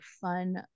fun